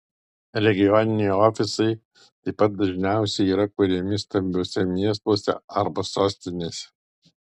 regioniniai ofisai taip pat dažniausiai yra kuriami stambiuose miestuose arba sostinėse